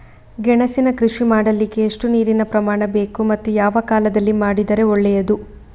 ಗೆಣಸಿನ ಕೃಷಿ ಮಾಡಲಿಕ್ಕೆ ಎಷ್ಟು ನೀರಿನ ಪ್ರಮಾಣ ಬೇಕು ಮತ್ತು ಯಾವ ಕಾಲದಲ್ಲಿ ಮಾಡಿದರೆ ಒಳ್ಳೆಯದು?